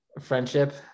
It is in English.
friendship